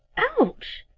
ouch!